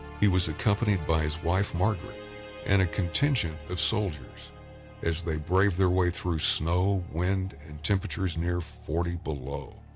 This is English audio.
he was accompanied by his wife margaret and a contingent of soldiers as they braved their way through snow, wind and temperatures near forty below.